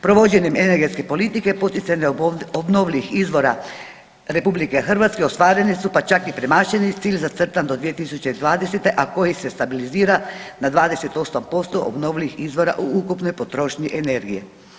Provođenjem energetske politike poticanje obnovljivih izvora RH ostvareni su pa čak i premašeni cilj zacrtan do 2020., a koji se stabilizira na 28% izvora u ukupnoj potrošnji energije.